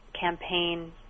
campaign